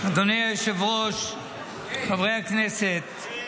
אדוני היושב-ראש, חברי הכנסת.